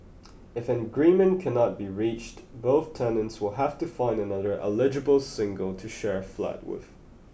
if an agreement cannot be reached both tenants will have to find another eligible single to share a flat with